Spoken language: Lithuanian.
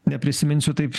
neprisiminsiu taip